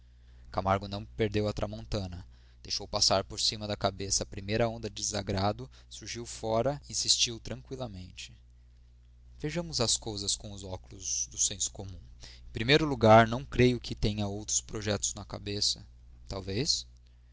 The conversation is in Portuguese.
camargo não perdeu a tramontana deixou passar por cima da cabeça a primeira onda de desagrado surgiu fora e insistiu tranqüilamente vejamos as coisas com os óculos do senso comum em primeiro lugar não creio que tenha outros projetos na cabeça